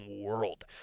world